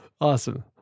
Awesome